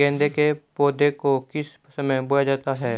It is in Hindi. गेंदे के पौधे को किस समय बोया जाता है?